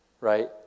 right